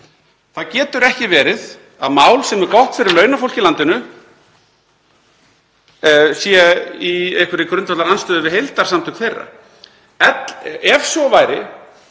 Það getur ekki verið að mál sem er gott fyrir launafólk í landinu sé í einhverri grundvallarandstöðu við heildarsamtök þeirra. Ef svo væri